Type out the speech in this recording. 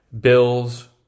Bills